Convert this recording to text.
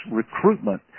recruitment